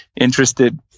interested